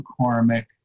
McCormick